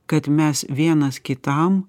kad mes vienas kitam